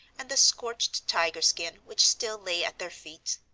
and the scorched tiger skin which still lay at their feet,